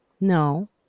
no